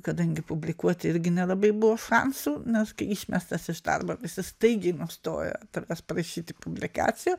kadangi publikuoti irgi nelabai buvo šansų nes kai išmestas iš darbo visi staigiai nustojo tavęs parašyti publikacijų